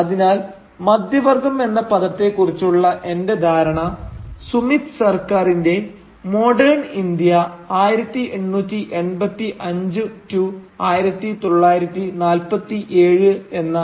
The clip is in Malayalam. അതിനാൽ മധ്യവർഗ്ഗം എന്ന പദത്തെ കുറിച്ചുള്ള എന്റെ ധാരണ സുമിത് സർക്കാരിന്റെ മോഡേൺ ഇന്ത്യ 1885 to 1947 എന്ന